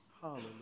Hallelujah